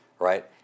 right